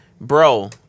bro